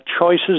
choices